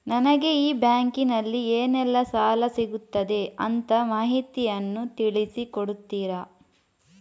ನನಗೆ ಈ ಬ್ಯಾಂಕಿನಲ್ಲಿ ಏನೆಲ್ಲಾ ಸಾಲ ಸಿಗುತ್ತದೆ ಅಂತ ಮಾಹಿತಿಯನ್ನು ತಿಳಿಸಿ ಕೊಡುತ್ತೀರಾ?